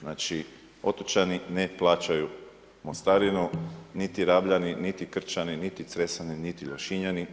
Znači otočani ne plaćaju mostarinu, niti Rabljani, niti Krčani, niti Cresani, niti Lošinjani.